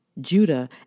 Judah